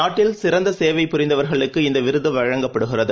நாட்டில் சிறந்தசேவை புரிந்தவர்களுக்கு இந்தவிருதுவழங்கப்படுகிறது